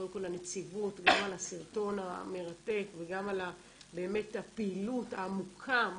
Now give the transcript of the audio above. קודם כל לנציבות גם על הסרטון המרתק וגם באמת על הפעילות העמוקה.